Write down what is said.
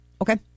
Okay